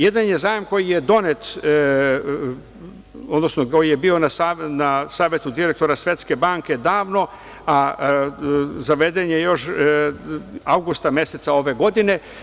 Jedan je zajam koji je donet, odnosno koji je bio na savetu direktora Svetske banke davno, a zaveden je još avgusta meseca ove godine.